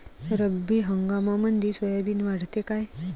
रब्बी हंगामामंदी सोयाबीन वाढते काय?